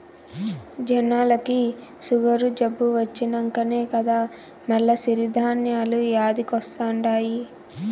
జనాలకి సుగరు జబ్బు వచ్చినంకనే కదా మల్ల సిరి ధాన్యాలు యాదికొస్తండాయి